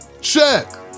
Check